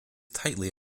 tightly